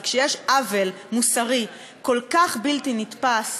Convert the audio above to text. כי כשיש עוול מוסרי כל כך בלתי נתפס,